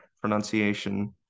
pronunciation